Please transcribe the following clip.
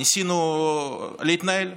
ניסינו להתנהל.